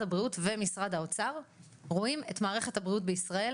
הבריאות ומשרד האוצר רואים את מערכת הבריאות בישראל,